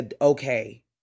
okay